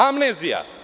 Amnezija.